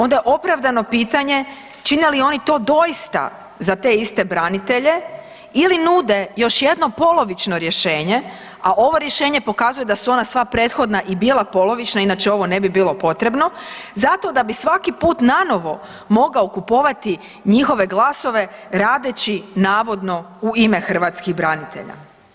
Onda je opravdano pitanje čine li oni to doista za te iste branitelje ili nude još jedno polovično rješenje, a ovo rješenje pokazuje da su ona sva prethodna i bila polovična jer inače ovo ne bi bilo potrebno zato da bi svaki put nanovo mogao kupovati njihove glasove radeći navodno u ime hrvatskih branitelja.